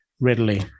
readily